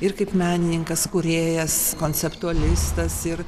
ir kaip menininkas kūrėjas konceptualistas ir